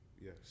Yes